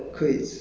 可以吃 ah